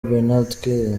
bernard